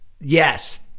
Yes